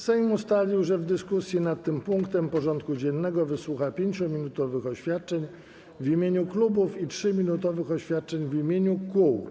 Sejm ustalił, że w dyskusji nad tym punktem porządku dziennego wysłucha 5-minutowych oświadczeń w imieniu klubów i 3-minutowych oświadczeń w imieniu kół.